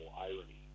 irony